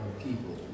people